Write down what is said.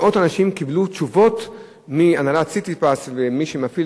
קיבלו תשובות מהנהלת "סיטיפס" ומי שמפעיל